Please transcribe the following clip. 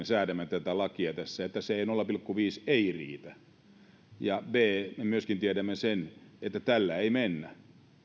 säädämme tätä lakia tässä että se nolla pilkku viisi ei riitä ja me myöskin tiedämme sen että tällä ei mennä